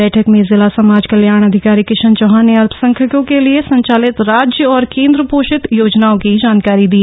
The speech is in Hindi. बैठक में जिला समाज कल्याण अधिकारी किशन चौहान ने अल्पसंख्यकों के लिए संचालित राज्य और केंद्र पोषित योजनाओं की जानकारी दी